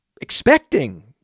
expecting